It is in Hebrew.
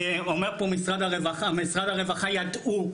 משרד הרווחה ידעו.